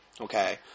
Okay